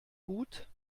gut